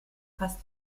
fast